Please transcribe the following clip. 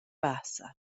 bassa